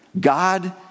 God